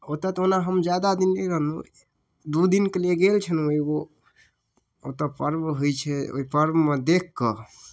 ओतऽ तऽ ओना हम ज्यादा दिन नहि रहलहुँ दुइ दिनकेलिए गेल छलहुँ एगो ओतऽ एगो पर्व होइ छै ओहि पर्वमे देखिके